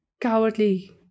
Cowardly